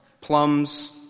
plums